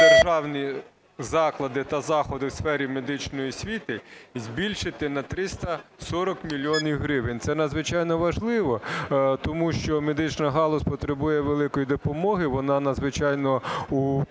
заклади та заходи у сфері медичної освіти" і збільшити на 340 мільйонів гривень. Це надзвичайно важливо, тому що медична галузь потребує великої допомоги, вона надзвичайно у